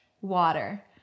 water